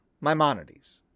Maimonides